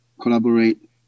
collaborate